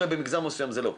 במגזר מסוים זה לא קורה.